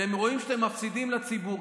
אתם רואים שאתם מפסידים לציבור.